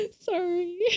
Sorry